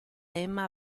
emma